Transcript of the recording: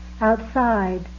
Outside